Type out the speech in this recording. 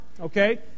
okay